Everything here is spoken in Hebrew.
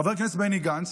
חבר הכנסת בני גנץ,